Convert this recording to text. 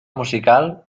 musical